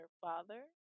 father